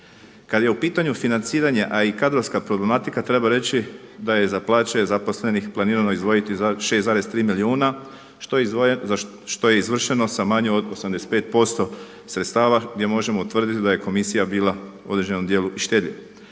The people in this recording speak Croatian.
Kad je u pitanju financiranje a i kadrovska problematika treba reći da je za plaće zaposlenih izdvojiti 6,3 milijuna za što je izvršeno sa manje od 85% sredstava gdje možemo utvrditi da je komisija bila u određenom djelu i štedljiva.